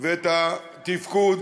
ואת התפקוד,